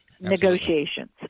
negotiations